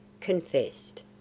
confessed